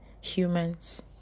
humans